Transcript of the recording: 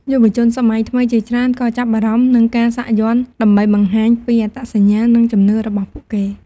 យុវជនសម័យថ្មីជាច្រើនក៏ចាប់អារម្មណ៍នឹងការសាក់យ័ន្ត ដើម្បីបង្ហាញពីអត្តសញ្ញាណ និងជំនឿរបស់ពួកគេ។